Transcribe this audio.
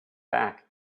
back